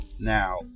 Now